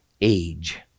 age